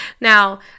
Now